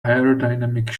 aerodynamic